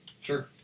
Sure